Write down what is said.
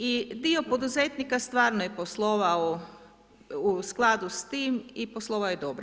I dio poduzetnika stvarno je poslovao u skladu s tim i poslovao je dobro.